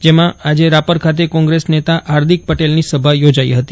જેમાં આજે રાપર ખાતે કોંગ્રેસ નેતા હાર્દિક પટેલની સભા યોજાઇ હતી